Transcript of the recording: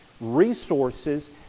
resources